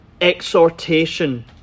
exhortation